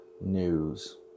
News